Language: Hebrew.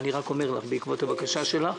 לגבי הבקשה שלך,